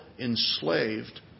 enslaved